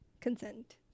Consent